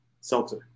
seltzer